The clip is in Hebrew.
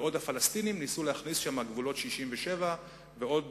בעוד הפלסטינים ניסו להכניס לשם את גבולות 67' ועוד,